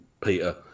Peter